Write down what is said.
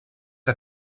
que